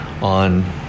on